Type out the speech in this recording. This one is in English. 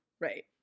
Right